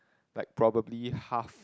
like probably half